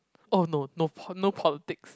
oh no no po~ no politics